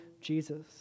Jesus